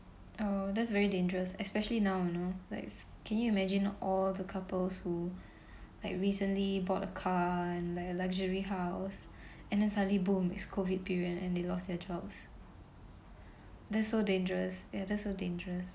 oh that's very dangerous especially now you know like can you imagine all the couples who like recently bought a car and like luxury house and then suddenly boom is COVID period and and they lost their jobs that's so dangerous ya that's so dangerous